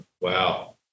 Wow